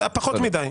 פחות מדי.